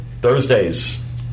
Thursdays